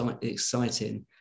exciting